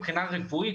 מבחינה רפואית,